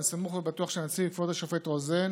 ואני סמוך ובטוח שהנשיא וכבוד השופט רוזן